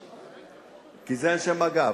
כי זה אנשי מג"ב,